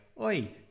oi